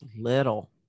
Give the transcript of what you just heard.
little